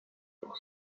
pour